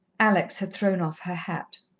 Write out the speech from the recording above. alex had thrown off her hat.